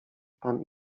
pan